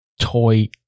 toy